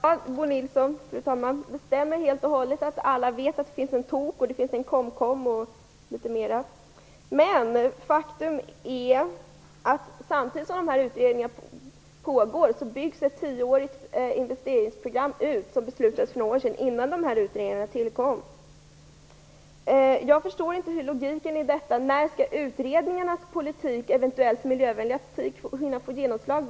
Fru talman! Ja, Bo Nilsson, det stämmer helt och hållet att alla vet att det finns en TOK, en KOMKOM och något mer. Men faktum är att samtidigt som de här utredningarna pågår byggs ett tioårigt investeringsprogram ut som beslutades för några år sedan, innan de här utredningarna tillkom. Jag förstår inte logiken i detta. När skall utredningarnas eventuellt miljövänliga politik få genomslag?